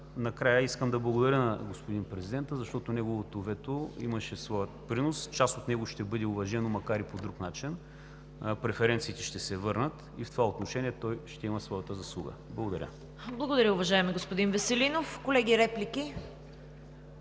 накрая искам да благодаря на господин президента, защото неговото вето имаше своя принос – част от него ще бъде уважено, макар и по друг начин. Преференциите ще се върнат и в това отношение той ще има своята заслуга. Благодаря. ПРЕДСЕДАТЕЛ ЦВЕТА КАРАЯНЧЕВА: Благодаря Ви, уважаеми господин Веселинов. Колеги, реплики?